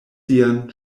sian